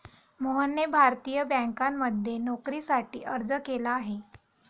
मोहनने भारतीय बँकांमध्ये नोकरीसाठी अर्ज केला आहे